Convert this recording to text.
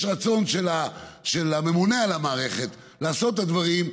רצון של הממונה על המערכת לעשות את הדברים,